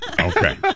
Okay